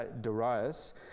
Darius